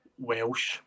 Welsh